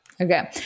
Okay